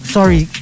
Sorry